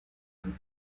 him